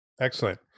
Excellent